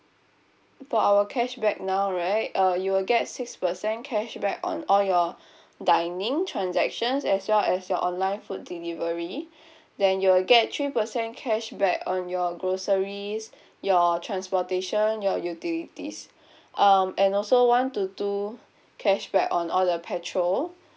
for our cashback now right uh you'll get six percent cashback on all your dining transactions as well as your online food delivery then you'll get three percent cashback on your groceries your transportation your utilities um and also one to two cashback on all the petrol